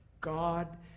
God